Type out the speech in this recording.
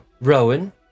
Rowan